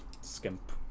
skimp